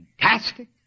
fantastic